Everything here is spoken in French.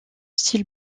style